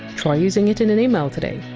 try using it in an email today